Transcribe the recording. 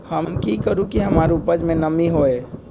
हम की करू की हमार उपज में नमी होए?